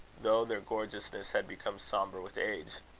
though their gorgeousness had become sombre with age.